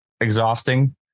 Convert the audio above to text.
exhausting